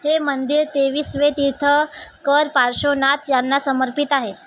हे मंदिर तेविसावे तीर्थंकर पार्श्वनाथ यांना समर्पित आहे